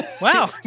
Wow